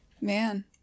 Man